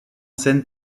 scène